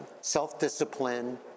self-discipline